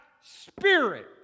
spirit